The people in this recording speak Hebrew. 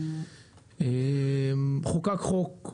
חוקק חוק.